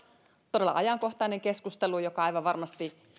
todella ajankohtainen keskustelu joka aivan varmasti